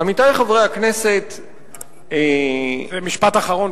עמיתי חברי הכנסת, זה משפט אחרון,